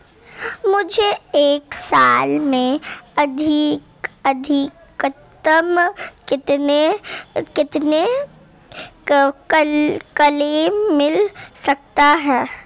मुझे एक साल में अधिकतम कितने क्लेम मिल सकते हैं?